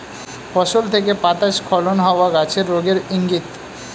ফসল থেকে পাতা স্খলন হওয়া গাছের রোগের ইংগিত